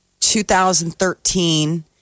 2013